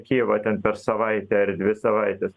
kijevą ten per savaitę ar dvi savaites